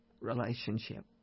relationship